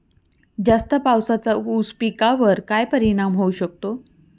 जास्त पावसाचा ऊस पिकावर काय परिणाम होऊ शकतो?